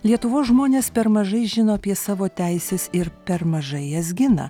lietuvos žmonės per mažai žino apie savo teises ir per mažai jas gina